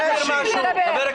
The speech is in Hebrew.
תפסיק לדבר.